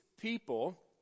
people